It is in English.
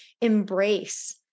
embrace